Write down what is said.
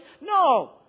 No